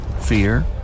Fear